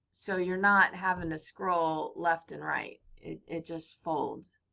so you're not having to scroll left and right. it just folds.